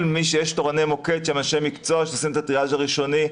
יש שם תורני מוקד שהם אנשי מקצוע שעושים את הטריאז' הראשוני,